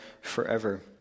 forever